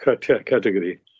category